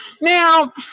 Now